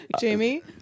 jamie